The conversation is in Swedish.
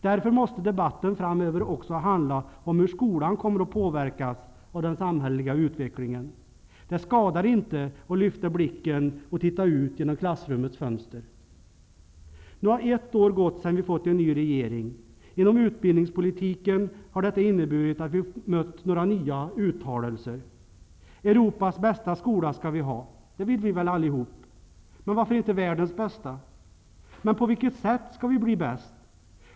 Därför måste debatten framöver också handla om hur skolan kommer att påverkas av den samhälleliga utvecklingen. Det skadar inte att lyfta blicken och titta ut genom klassrummets fönster. Nu har ett år gått sedan vi fått en ny regering. Inom utbildningspolitiken har detta inneburit att vi mött några nya uttalanden. Europas bästa skola skall vi ha. Det vill vi väl alla - men varför inte världens bästa? Och på vilket sätt skall vi bli bäst?